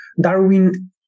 Darwin